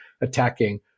attacking